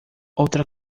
outra